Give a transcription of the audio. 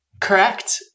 Correct